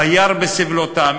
וירא בסבלותם.